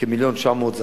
כ-1.9 מיליון זרים.